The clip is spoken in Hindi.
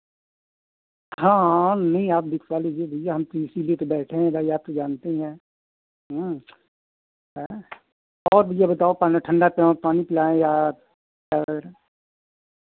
हाँ हाँ नहीं आप दिखवा लीजिए भैया हम तो इसीलिए तो बैठे हैं भाई आप तो जानते ही हैं हाँ और भैया बताओ पानी ठण्डा पियो पानी पिलाएँ या क्या करें